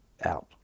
Out